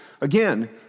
again